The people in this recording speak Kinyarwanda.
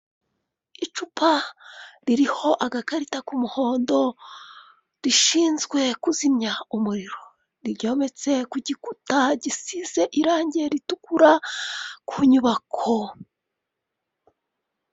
Icupa ririho agakarita k'umuhondo rishinzwe kuzimya umuriro, riyometse ku gikuta gisize irangi ritukura ku nyubako.